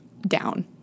down